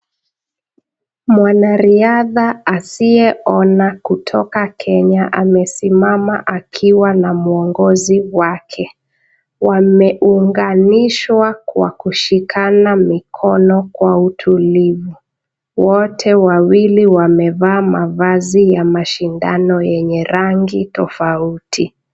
Mwanariadha asiyeona kutoka Kenya amesimama akiwa na muongozi wake, wameunganishwa kwa kushikana mikono kwa utulivu , wote wawili wamevaa mavazi ya mashindano yenye rangi tofauti.